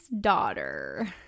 daughter